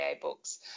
books